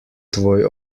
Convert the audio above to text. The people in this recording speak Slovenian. tvoj